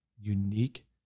unique